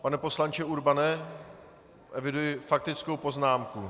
Pane poslanče Urbane, eviduji faktickou poznámku.